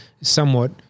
somewhat